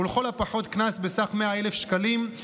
ולכל הפחות קנס בסך 100,000 שקלים,